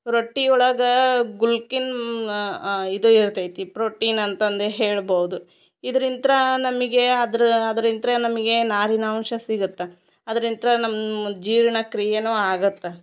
ರೊಟ್ಟಿ ಒಳಗಾ ಗುಲ್ಕಿನ್ ಇದು ಇರ್ತೈತಿ ಪ್ರೊಟೀನ್ ಅಂತಂದು ಹೇಳ್ಬೋದು ಇದರಿಂತ್ರಾ ನಮಗೆ ಅದ್ರ ಅದರಿಂತ್ರ ನಮಗೆ ನಾರಿನಾಂಶ ಸಿಗತ್ತ ಅದರಿಂತ್ರ ನಮ್ಮ ಜೀರ್ಣ ಕ್ರೀಯೆನು ಆಗತ್ತ